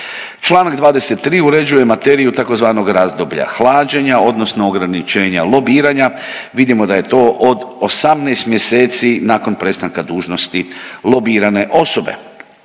Članak 23. uređuje materiju tzv. razdoblja hlađenja odnosno ograničenja lobiranja. Vidimo da je to od 18 mjeseci nakon prestanka dužnosti lobirane osobe.